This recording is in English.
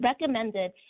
recommended